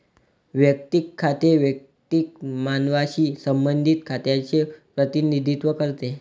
वैयक्तिक खाते वैयक्तिक मानवांशी संबंधित खात्यांचे प्रतिनिधित्व करते